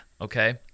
okay